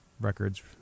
records